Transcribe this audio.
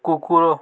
କୁକୁର